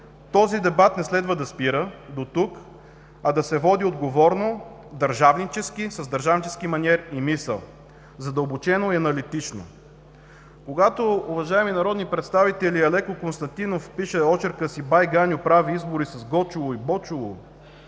Този дебат обаче не трябва да спира до тук, а да се води отговорно, държавнически, с държавнически маниер и мисъл, задълбочено и аналитично. Уважаеми народни представители, когато Алеко Константинов пише очерка си „Бай Ганьо прави избори с Гочоолу и Дочоолу“,